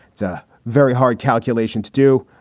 it's a very hard calculation to do.